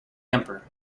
emperor